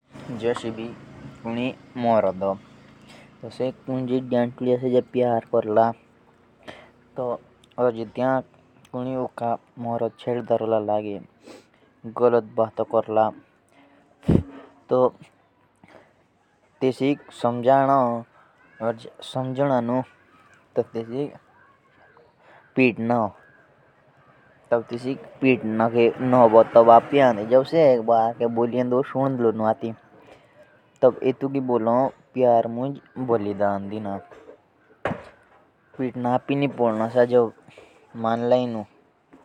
'पियार मुझ बलिदान देन्नो' का मतलब है कि जोश एक मरोड़ है और से एक दियतुदीयक जुड़ो और तियाके परिवार वा दे तेसके साथ तियाका जोजोड़ा ना बड़ी तो तेत्तुइक ही बोलो, 'पियार मुझ बलिदान देन्नो'।